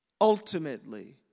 ultimately